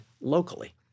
locally